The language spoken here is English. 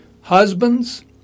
Husbands